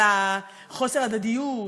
על חוסר הדדיות,